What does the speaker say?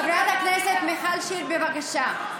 חברת הכנסת מיכל שיר, בבקשה.